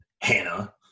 Hannah